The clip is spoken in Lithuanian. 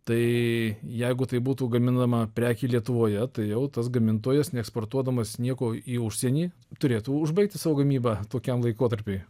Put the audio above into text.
tai jeigu tai būtų gaminama prekė lietuvoje tai jau tas gamintojas neeksportuodamas nieko į užsienį turėtų užbaigti savo gamybą tokiam laikotarpiui